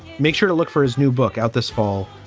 make sure to look for his new book out this fall.